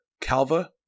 Calva